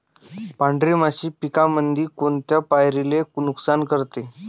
पांढरी माशी पिकामंदी कोनत्या पायरीले नुकसान करते?